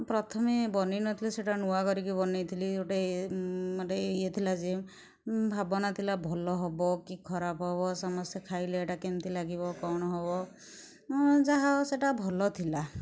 ପ୍ରଥମେ ବନାଇ ନଥିଲି ସେଇଟା ନୂଆ କରିକି ବନାଇଥିଲି ଗୋଟେ ମାନେ ୟେ ଥିଲା ଯେ ଭାବନା ଥିଲା ଭଲ ହେବ କି ଖରାପ ହେବ ସମସ୍ତେ ଖାଇଲେ ଏଇଟା କେମିତି ଲାଗିବ କ'ଣ ହବ ଯାହା ହଉ ସେଇଟା ଭଲ ଥିଲା